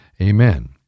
amen